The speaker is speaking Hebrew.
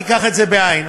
תיקח את זה בעין,